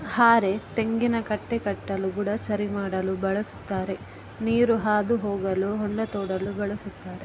ಹಾರೆ ತೆಂಗಿನಕಟ್ಟೆ ಕಟ್ಟಲು ಬುಡ ಸರಿ ಮಾಡಲು ಬಳಸುತ್ತಾರೆ ನೀರು ಹಾದು ಹೋಗಲು ಹೊಂಡ ತೋಡಲು ಬಳಸುತ್ತಾರೆ